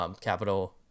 capital